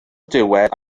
diwedd